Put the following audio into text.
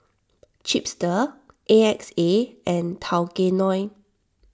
Chipster A X A and Tao Kae Noi